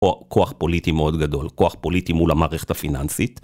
או כוח פוליטי מאוד גדול, כוח פוליטי מול המערכת הפיננסית.